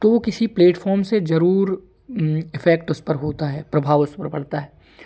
तो वो किसी प्लेटफार्म से जरूर इफेक्ट उस पर होता है प्रभाव उस पर पड़ता है